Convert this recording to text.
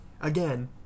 Again